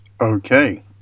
Okay